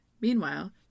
Meanwhile